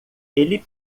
ele